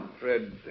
Fred